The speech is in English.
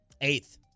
Eighth